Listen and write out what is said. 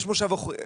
יש מושב אחורי,